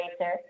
racer